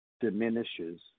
diminishes